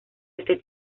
ese